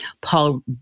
Paul